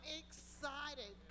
excited